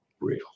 real